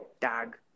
Tag